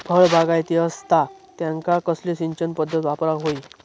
फळबागायती असता त्यांका कसली सिंचन पदधत वापराक होई?